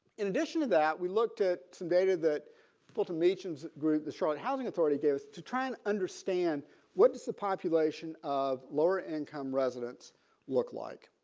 in addition to that we looked at some data that fulton meachem's group the charlotte housing authority gave us to try and understand what does the population of lower income residents look like.